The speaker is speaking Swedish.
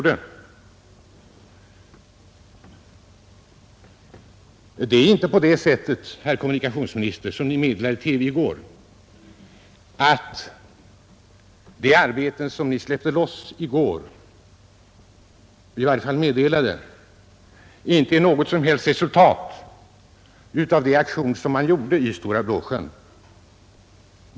Det är inte på det sättet, herr kommunikationsminister, att de arbeten som ni i går meddelade i TV att ni släppte loss inte är något som helst resultat av den aktion som företogs i Stora Blåsjön.